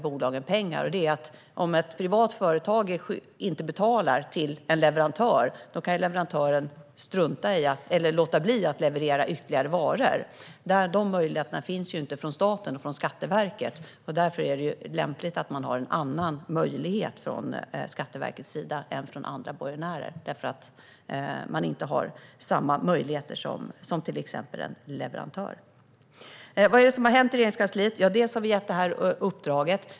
Om ett privat företag inte betalar till en leverantör kan leverantören låta bli att leverera ytterligare varor. Den möjligheten finns inte för staten och för Skatteverket. Därför är det lämpligt att Skatteverket har en annan möjlighet än andra borgenärer. Skatteverket har nämligen inte samma möjligheter som till exempel en leverantör. Vad är det som har hänt i Regeringskansliet? Ja, bland annat har vi gett det här uppdraget.